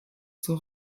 zur